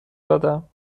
دادم